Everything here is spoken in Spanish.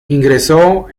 ingresó